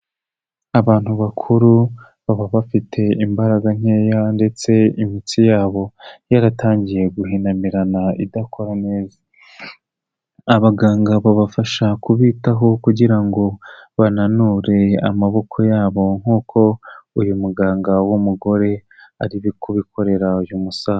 Abantu bakuru baba bafite imbaraga nkeya ndetse yabotangiye abaganga babafasha kubita kugira ngo bananure amaboko yabo nk uyu muganga w'umugore ariwe kubikorera uyu musaza.